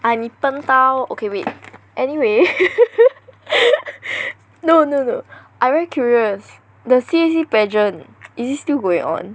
啊你笨到 okay wait anyway no no no I really curious the C_A_C pageant is it still going on